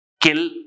kill